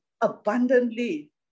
abundantly